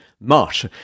marsh